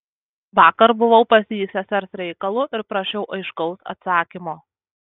vakar buvau pas jį sesers reikalu ir prašiau aiškaus atsakymo